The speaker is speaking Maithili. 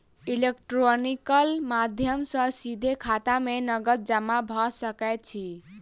इलेक्ट्रॉनिकल माध्यम सॅ सीधे खाता में नकद जमा भ सकैत अछि